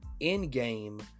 Endgame